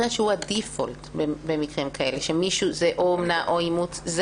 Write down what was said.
הדיפולט במקרים כאלה, זה או אומנה או אימוץ.